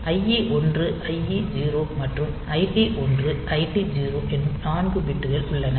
IE1 IE0 மற்றும் ID 1 ID 0 என்னும் 4 பிட்கள் உள்ளன